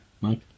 mike